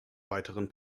weiteren